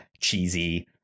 cheesy